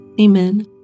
Amen